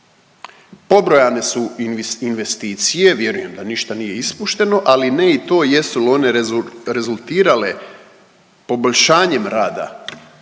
Pobrojane su investicije, vjerujem da ništa nije ispušteno, ali ne i to jesu li one rezultirale poboljšanjem rada